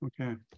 Okay